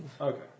Okay